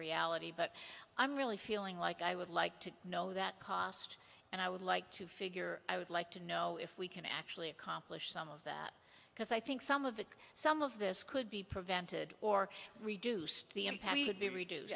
reality but i'm really feeling like i would like to know that cost and i would like to figure i would like to know if we can actually accomplish some of that because i think some of the some of this could be prevented or reduced the impact would be reduced